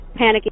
panicking